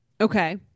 Okay